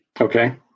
Okay